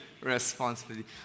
responsibility